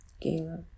Gala